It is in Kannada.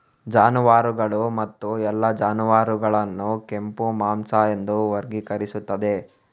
ಜಾನುವಾರುಗಳು ಮತ್ತು ಎಲ್ಲಾ ಜಾನುವಾರುಗಳನ್ನು ಕೆಂಪು ಮಾಂಸ ಎಂದು ವರ್ಗೀಕರಿಸುತ್ತದೆ